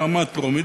ברמה הטרומית,